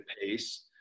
pace